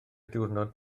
diwrnod